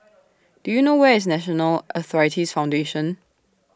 Do YOU know Where IS National Arthritis Foundation